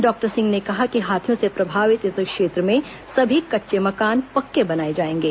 doctor सिंह ने कहा कि हाथियों से प्रभावित इस क्षेत्र में सभी कच्चे मकान पक्के बनाए जाएंगे